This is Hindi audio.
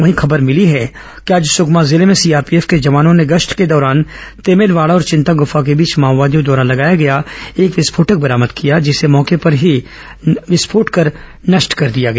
वहीं खबर भिली है कि आज सुकमा जिले में सीआरपीएफ के जवानों ने गश्त के दौरान तेमेलवाड़ा और चिंतागुफा के बीच माओवादियों द्वारा लगाया गया एक आईईडी बरामद किया जिसे मौके पर ही विस्फोट करके नष्ट कर दिया गया